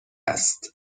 است